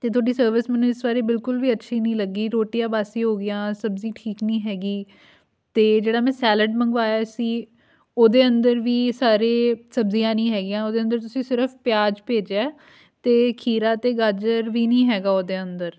ਅਤੇ ਤੁਹਾਡੀ ਸਰਵਿਸ ਮੈਨੂੰ ਇਸ ਵਾਰੀ ਬਿਲਕੁਲ ਵੀ ਅੱਛੀ ਨਹੀਂ ਲੱਗੀ ਰੋਟੀਆਂ ਬਾਸੀ ਹੋ ਗਈਆਂ ਸਬਜ਼ੀ ਠੀਕ ਨਹੀਂ ਹੈਗੀ ਅਤੇ ਜਿਹੜਾ ਮੈਂ ਸੈਲਡ ਮੰਗਵਾਇਆ ਸੀ ਉਹਦੇ ਅੰਦਰ ਵੀ ਸਾਰੇ ਸਬਜ਼ੀਆਂ ਨਹੀਂ ਹੈਗੀਆਂ ਉਹਦੇ ਅੰਦਰ ਤੁਸੀਂ ਸਿਰਫ ਪਿਆਜ਼ ਭੇਜਿਆ ਅਤੇ ਖੀਰਾ ਅਤੇ ਗਾਜਰ ਵੀ ਨਹੀਂ ਹੈਗਾ ਉਹਦੇ ਅੰਦਰ